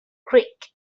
creek